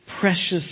precious